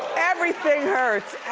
everything hurts.